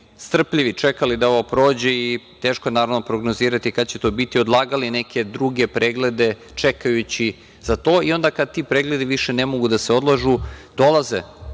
strpljivi, čekali da ovo prođe i teško je naravno prognozirati kada će to biti, odlagali neke druge preglede čekajući za to i onda kada ti pregledi više ne mogu da se odlažu, dolaze